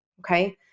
okay